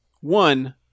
one